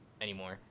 anymore